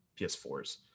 PS4s